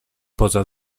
poza